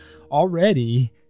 already